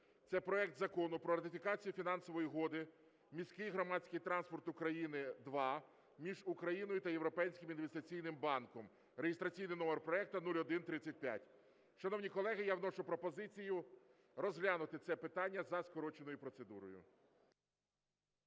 це проект Закону про ратифікацію Фінансової угоди "Міський громадський транспорт України ІІ" між Україною та Європейським інвестиційним банком (реєстраційний номер проекту 0135). Шановні колеги, я вношу пропозицію розглянути це питання за скороченою процедурою.